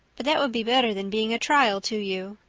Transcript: but that would be better than being a trial to you.